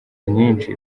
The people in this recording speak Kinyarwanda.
myinshi